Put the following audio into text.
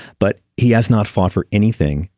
but he has not fought for anything.